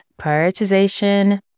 prioritization